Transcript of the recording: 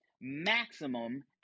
maximum